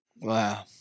Wow